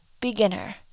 beginner